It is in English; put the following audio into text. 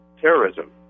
terrorism